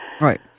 Right